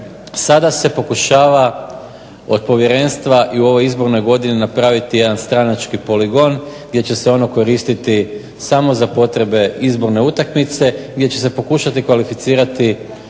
sada se pokušava od povjerenstva i u ovoj izbornoj godini napraviti jedan stranački poligon gdje će se ono koristiti samo za potrebe izborne utakmice , gdje će se pokušati kvalificirati